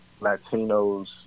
Latinos